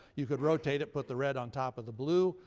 you could rotate it put the red on top of the blue.